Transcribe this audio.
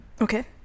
Okay